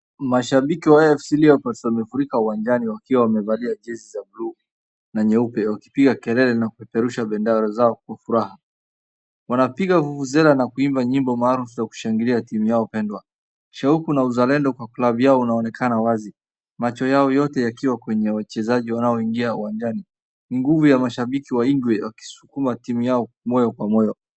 Mashabiki wa AFC Leopard wamefurika uwanjani wakiwa wamevalia jezi za bluu na nyeupe wakipiga kelele wakipeperusha bendera kwa furaha. Wanapiga vuvuzera na kuuimba nyimbo maalum za kushangilia timu yao pendwa shauku na uzalendo kwa klabu yao inaonekana wazi macho yao yote wakiwa kwa wachezaji ambao wanaingia uwanjani nguvu ya mashabiki wa ingwe wakisukuma timu yao moyo kwa moyo.